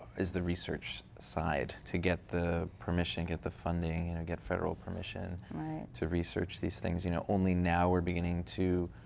is the research side to get the permission, get the funding, you know get federal permission to research these things. you know only now, we're beginning to